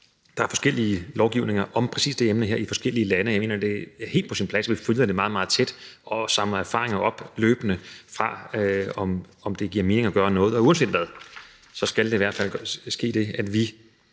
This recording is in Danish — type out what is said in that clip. Der er forskellige lovgivninger om præcis det her emne i forskellige lande, og jeg mener, det er helt på sin plads, at vi følger det meget, meget tæt og samler erfaringer op løbende, med hensyn til om det giver mening at gøre noget. Uanset hvad skal der i hvert fald ske det, at vi